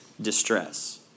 distress